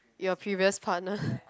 your previous partner